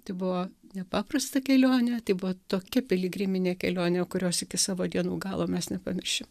tai buvo nepaprasta kelionė tai buvo tokia piligriminė kelionė kurios iki savo dienų galo mes nepamiršim